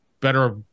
better